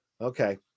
Okay